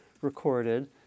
recorded